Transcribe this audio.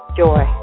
joy